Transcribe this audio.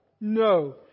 No